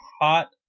hot